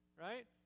right